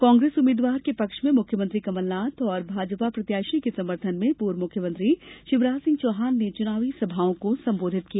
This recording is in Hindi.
कांग्रेस उम्मीदवार के पक्ष में मुख्यमंत्री कमलनाथ और भाजपा प्रत्याशी के समर्थन में पूर्व मुख्यमंत्री शिवराज सिंह चौहान ने चुनावी सभाओं को संबोधित किया